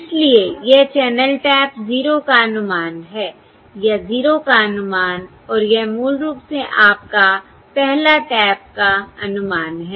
इसलिए यह channel tap 0 का अनुमान है या 0 का अनुमान और यह मूल रूप से आपका पहला टैप का अनुमान है